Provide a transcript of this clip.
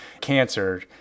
cancer